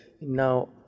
Now